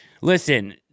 listen